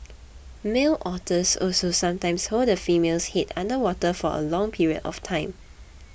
male otters also sometimes hold the female's head under water for a long period of time